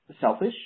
selfish